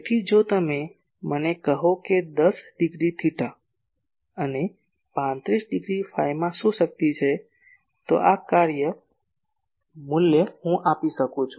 તેથી જો તમે મને કહો કે 10 ડિગ્રી થેટા અને 35 ડિગ્રી ફાઈમાં શું શક્તિ છે તો આ કાર્ય મૂલ્ય હું આપી શકું છું